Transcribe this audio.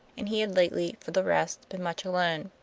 and he had lately, for the rest, been much alone.